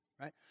Right